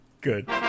good